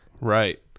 right